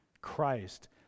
Christ